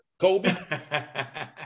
Kobe